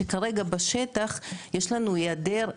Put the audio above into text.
שכרגע בשטח יש לנו היעדר,